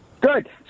Good